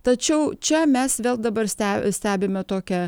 tačiau čia mes vėl dabar ste stebime tokią